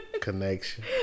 Connection